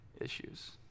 issues